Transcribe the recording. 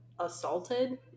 assaulted